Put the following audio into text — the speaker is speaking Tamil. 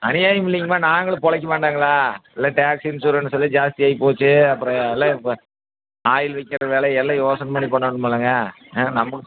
அநியாயம் இல்லைங்கம்மா நாங்களும் பொழைக்க வேண்டாங்களா எல்லாம் டேக்ஸ்ஸு இன்சூரன்ஸுலாம் ஜாஸ்தி ஆயிப்போச்சு அப்புறம் எல்லாம் இப்போ ஆயில் விற்கிற வெலை எல்லாம் யோசனை பண்ணி பண்ணணுமில்லைங்க ஆ நம்பளும்